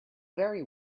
very